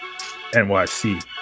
NYC